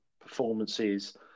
performances